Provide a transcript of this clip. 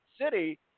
City